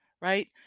right